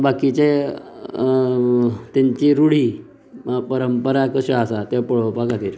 बाकीचे तेंची रुढी परंपरा कशें आसा तें पळोवपा खातीर